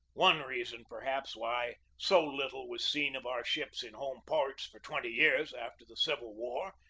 one reason, perhaps, why so little was seen of our ships in home ports for twenty years after the civil war,